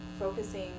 focusing